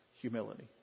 humility